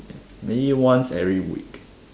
maybe once every week